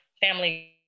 family